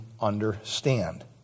understand